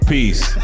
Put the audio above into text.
Peace